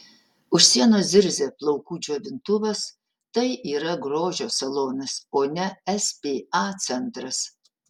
už sienos zirzia plaukų džiovintuvas tai yra grožio salonas o ne spa centras